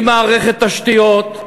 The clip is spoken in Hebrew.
עם מערכת תשתיות,